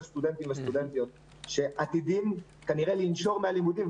סטודנטים וסטודנטיות שעתידים כנראה לנשור מן הלימודים,